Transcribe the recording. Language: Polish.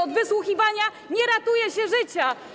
Od wysłuchiwania nie ratuje się życia.